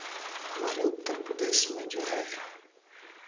हमारे उत्तर प्रदेश में जो है